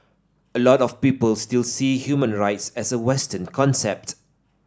a lot of people still see human rights as a western concept